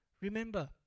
remember